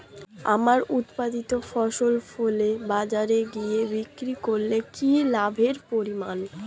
আমার উৎপাদিত ফসল ফলে বাজারে গিয়ে বিক্রি করলে কি লাভের পরিমাণ?